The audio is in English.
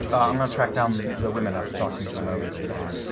i'm going to track down the women after talking to them over the earring.